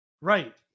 Right